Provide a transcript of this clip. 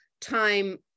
time